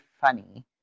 funny